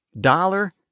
dollar